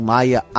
Maia